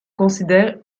considèrent